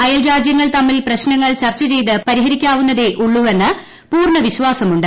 അയൽരാജ്യങ്ങൾ തമ്മിൽ പ്രശ്നങ്ങൾ ചർച്ച ചെയ്ത് പരിഹരിക്കാവുന്നതേ ഉള്ളൂവെന്ന് പൂർണ്ണ വിശ്വാസമുണ്ട്